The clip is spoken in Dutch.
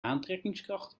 aantrekkingskracht